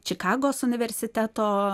čikagos universiteto